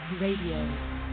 radio